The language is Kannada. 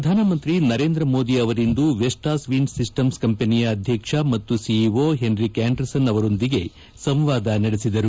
ಪ್ರಧಾನಮಂತ್ರಿ ನರೇಂದ್ರ ಮೋದಿ ಅವರಿಂದು ವೆಸ್ಟಾಸ್ ವೀಂಡ್ ಸಿಸ್ವಮ್ಸ್ ಕಂಪನಿಯ ಅಧ್ಯಕ್ಷ ಮತ್ತು ಸಿಇಓ ಹೆನ್ರಿಕ್ ಆಂಡ್ರಸನ್ ಅವರೊಂದಿಗೆ ಸಂವಾದ ನಡೆಸಿದರು